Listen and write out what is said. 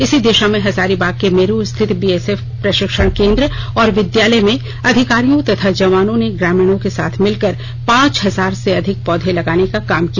इसी दिषा में हजारीबाग के मेरु स्थित बीएसएफ प्रषिक्षण केंद्र और विद्यालय में अधिकारियों तथा जवानों ने ग्रामीणों के साथ मिलकर पांच हजार से अधिक पौधे लगाने का काम किया